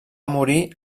morir